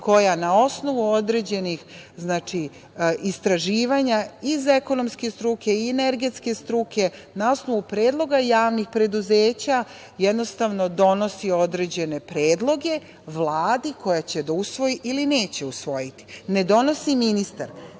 koja na osnovu određenih istraživanja iz ekonomske struke i energetske struke, na osnovu predloga javnih preduzeća donosi određene predloge Vladi koja će da usvoji ili neće usvojiti. Ne donosi ministar.